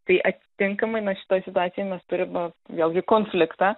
tai atitinkamai na šitoj situacijoj mes turim vėlgi konfliktą